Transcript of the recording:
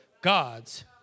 God's